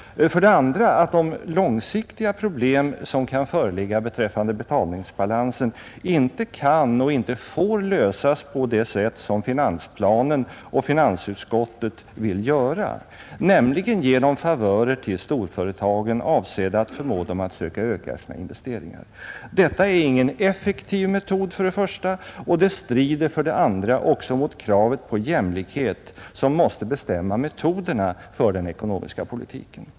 För det andra varken kan eller får de långsiktiga problem som kan föreligga beträffande betalningsbalansen lösas på det sätt som finansplanen och finansutskottet vill göra, nämligen genom favörer till storföretagen avsedda att förmå dessa att öka sina investeringar. Detta är dels ingen effektiv metod, dels strider det mot kravet på jämlikhet, som måste bestämma metoderna för den ekonomiska politiken.